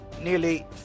Nearly